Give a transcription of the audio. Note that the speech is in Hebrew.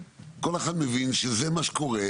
כל אחד מבין שזה מה שקורה.